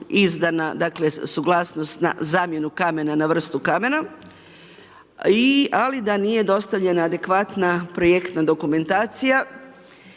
dakle suglasnost zamjena kamena na vrstu kamena ali da nije dostavljena adekvatna projektna dokumentacija